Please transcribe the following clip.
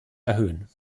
erhöhen